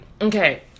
Okay